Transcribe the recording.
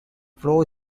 flows